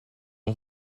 ont